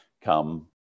come